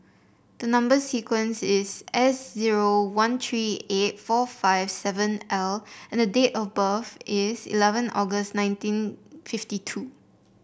the number sequence is S zero one three eight four five seven L and date of birth is eleven August nineteen fifty two